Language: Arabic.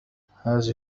هذه